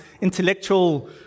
intellectual